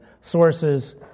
sources